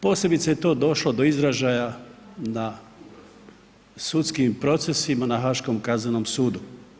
Posebice je to došlo do izražaja na sudskim procesima na Haškom kaznenom sudu.